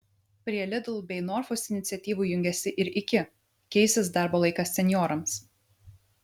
prie lidl bei norfos iniciatyvų jungiasi ir iki keisis darbo laikas senjorams